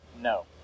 No